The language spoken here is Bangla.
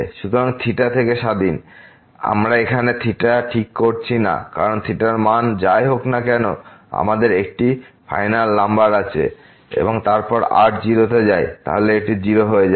সুতরাং থিটা থেকে স্বাধীন আমরা এখানে থিটা ঠিক করছি না কারণ থিটার মান যাই হোক না কেন আমাদের এখানে একটি ফাইনাইট নাম্বার আছে এবং তারপর r 0 তে যায় তাহলে এটি 0 হয়ে যাবে